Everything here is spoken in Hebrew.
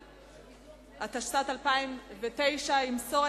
טוב, עשיתם היסטוריה.